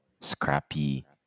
Scrappy